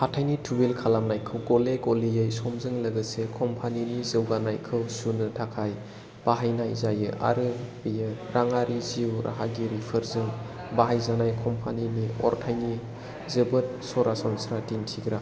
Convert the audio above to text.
हाथाइनि थुबिल खालामनायखौ गले गलेयै समजों लोगोसे कम्पानिनि जौगानायखौ सुनो थाखाय बाहायनाय जायो आरो बेयो राङारि जिउ राहागिरिफोरजों बाहायजानाय कम्पानिनि अरथाइनि जोबोद सरासनस्रा दिन्थिग्रा